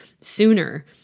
sooner